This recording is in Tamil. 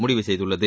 முடிவு செய்துள்ளது